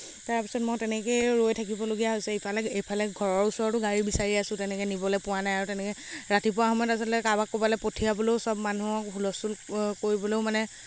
তাৰপিছত মই তেনেকেই ৰৈ থাকিবলগীয়া হৈছে ইফালে এইফালে ঘৰৰ ওচৰতো গাড়ী বিচাৰি আছোঁ তেনেকে নিবলে পোৱা নাই আৰু তেনেকে ৰাতিপুৱা সময়ত আচলতে কাৰবাক ক'বালে পঠিয়াবলেও সব মানুহক হুলস্থুল কৰিবলৈও মানে